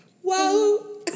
whoa